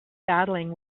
battling